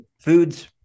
foods